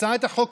הצעת החוק,